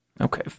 Okay